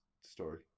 story